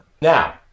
Now